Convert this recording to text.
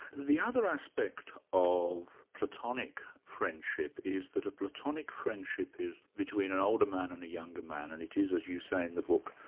the other aspect of platonic friendship is that a platonic friendship is between an older man and a younger man, and it is as you say in the book,